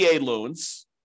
loans